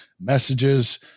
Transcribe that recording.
messages